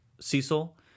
Cecil